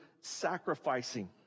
sacrificing